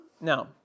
Now